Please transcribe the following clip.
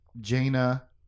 Jaina